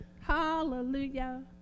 Hallelujah